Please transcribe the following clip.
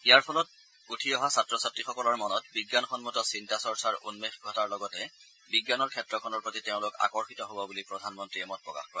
ইয়াৰ ফলত উঠা অহা ছাত্ৰ ছাত্ৰীসকলৰ মনত বিজ্ঞানসন্মত চিন্তা চৰ্চাৰ উন্মেষ ঘটাৰ লগতে বিজ্ঞানৰ ক্ষেত্ৰখনৰ প্ৰতি তেওঁলোক আকৰ্ষিত হ'ব বুলি প্ৰধানমন্ত্ৰীয়ে মত প্ৰকাশ কৰে